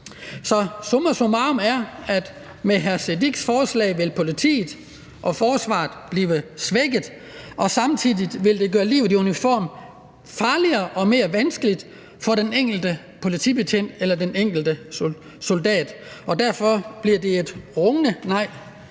summa summarum er, at med hr. Sikandar Siddique og andres forslag vil politiet og forsvaret blive svækket, og samtidig vil det gøre livet i uniform farligere og mere vanskeligt for den enkelte politibetjent eller den enkelte soldat. Derfor bliver det et rungende nej